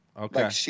Okay